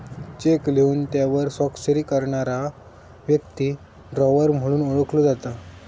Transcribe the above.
check लिहून त्यावर स्वाक्षरी करणारा व्यक्ती ड्रॉवर म्हणून ओळखलो जाता